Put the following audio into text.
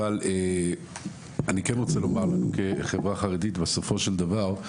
אבל אני כן רוצה לומר את זה כחברה החרדית בסופו של דבר,